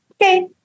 Okay